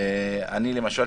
למשל,